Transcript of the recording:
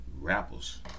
rappers